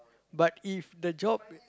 but if the job